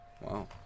Wow